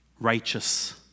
righteous